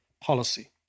policy